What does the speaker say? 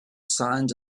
signs